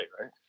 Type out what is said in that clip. right